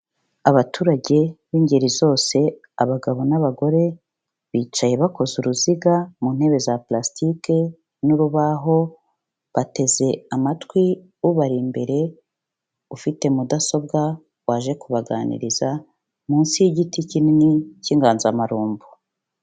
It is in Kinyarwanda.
Abaturage b'ingeri zose, abagabo n'abagore, bicaye bakoze uruziga, mu ntebe za purasitike n'urubaho, bateze amatwi ubari imbere, ufite mudasobwa, waje kubaganiriza, munsi y'igiti kinini k'inganzamarumbo.